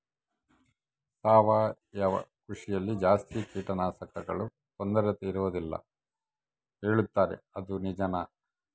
ಸಾವಯವ ಕೃಷಿಯಲ್ಲಿ ಜಾಸ್ತಿ ಕೇಟನಾಶಕಗಳ ತೊಂದರೆ ಇರುವದಿಲ್ಲ ಹೇಳುತ್ತಾರೆ ಅದು ನಿಜಾನಾ?